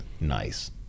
Nice